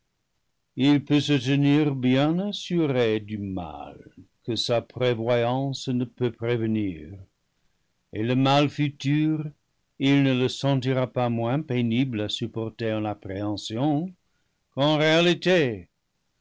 il peut se tenir bien assuré du mal que sa prévoyance ne peut prévenir et le mal futur il ne le sentira pas moins pénible à supporter en appréhension qu'en réalité